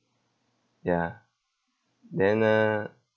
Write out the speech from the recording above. ya then uh